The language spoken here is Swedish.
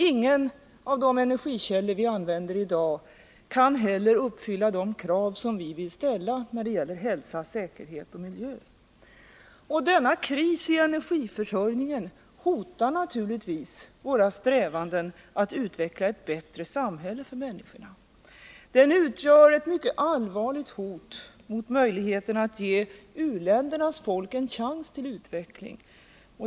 Ingen av de nu tillgängliga energikällorna uppfyller heller de krav som vi ställer när det gäller hälsa, säkerhet och miljö. Denna kris i energiförsörjningen hotar naturligtvis våra strävanden att utveckla ett bättre samhälle för människorna. Den är ett hot mot möjligheterna att ge u-ländernas folk en chans till utveckling.